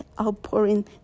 outpouring